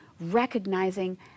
recognizing